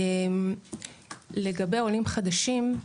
לגבי עולים חדשים,